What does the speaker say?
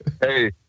Hey